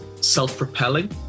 self-propelling